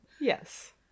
Yes